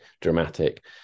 dramatic